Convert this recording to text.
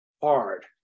hard